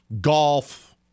golf